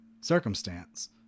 circumstance